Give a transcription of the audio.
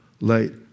light